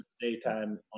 daytime